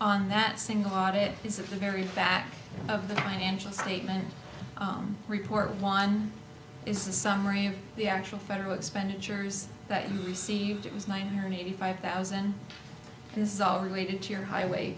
on that single audit is at the very back of the financial statement report one is a summary of the actual federal expenditures that you received it was nine hundred eighty five thousand this is all related to your highway